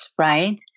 Right